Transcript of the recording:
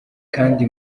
kandi